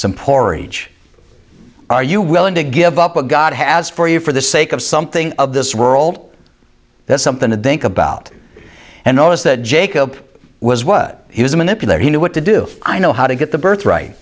some porridge are you willing to give up what god has for you for the sake of something of this world there's something to think about and notice that jacob was what he was a manipulator he knew what to do i know how to get the birth right